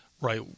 Right